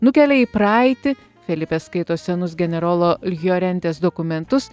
nukelia į praeitį felipė skaito senus generolo jorentės dokumentus